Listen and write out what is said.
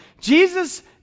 Jesus